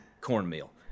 cornmeal